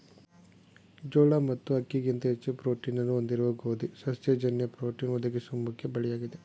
ಜೋಳ ಮತ್ತು ಅಕ್ಕಿಗಿಂತ ಹೆಚ್ಚು ಪ್ರೋಟೀನ್ನ್ನು ಹೊಂದಿರುವ ಗೋಧಿ ಸಸ್ಯ ಜನ್ಯ ಪ್ರೋಟೀನ್ ಒದಗಿಸುವ ಮುಖ್ಯ ಬೆಳೆಯಾಗಿದೆ